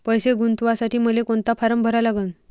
पैसे गुंतवासाठी मले कोंता फारम भरा लागन?